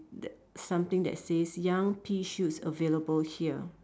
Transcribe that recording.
the something that says young pea shoots available here